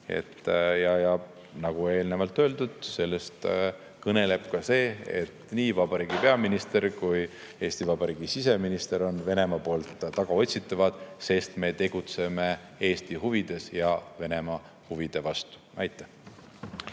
Nagu eelnevalt öeldud, sellest kõneleb ka see, et peaminister ja siseminister on Venemaa poolt tagaotsitavad, sest me tegutseme Eesti huvides ja Venemaa huvide vastu. Aitäh!